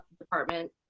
department